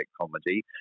comedy